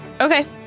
Okay